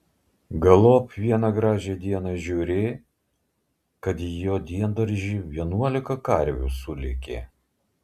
galop vieną gražią dieną žiūri kad į jo diendaržį vienuolika karvių sulėkė